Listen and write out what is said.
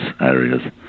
areas